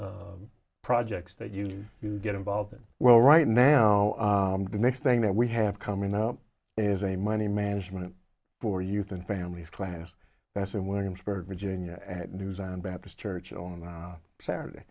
projects that you get involved in well right now the next thing that we have coming up is a money management for youth and families class that's in williamsburg virginia at news and baptist church on a saturday